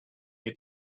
you